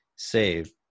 save